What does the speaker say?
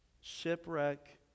Shipwreck